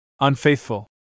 unfaithful